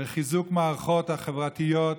בחיזוק המערכות החברתיות.